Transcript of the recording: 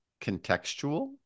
contextual